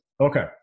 Okay